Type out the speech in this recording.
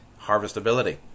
harvestability